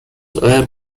were